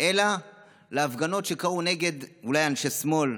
אלא על ההפגנות שקרו אולי נגד אנשי שמאל,